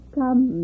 come